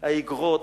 האיגרות